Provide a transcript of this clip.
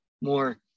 more